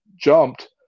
jumped